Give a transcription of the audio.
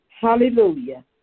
hallelujah